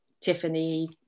Tiffany